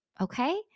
Okay